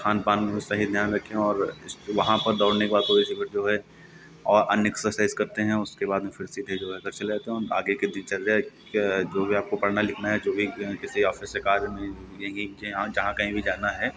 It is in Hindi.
खान पान को सही ध्यान रखें और उसको वहाँ पे दौड़ने के बाद थोड़ी सी जो है और अन्य एक्सरसाइज़ करते हैं उसके बाद में फिर सीधे जो है घर चले आते हैं और बाकी की दिनचर्या जो भी आपको पढ़ना लिखना है जो भी हम किसी ऑफिस से कार्य में जहाँ कहीं भी आपको जाना है